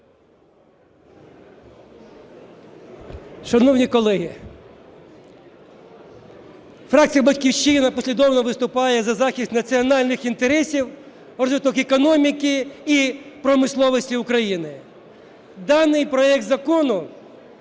Шановні колеги, фракція "Батьківщина" послідовно виступає за захист національних інтересів, розвиток економіки і промисловості України. Даний проект закону